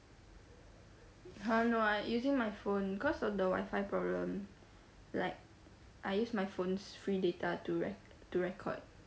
!huh! no I using my phone cause of the wifi problem like I use my phone's free data to re~ to record